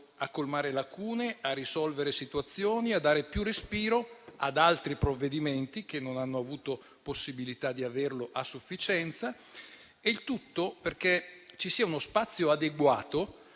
a colmare lacune, a risolvere situazioni e a dare più respiro ad altri provvedimenti che non hanno avuto possibilità di averne a sufficienza. Il tutto affinché ci sia uno spazio adeguato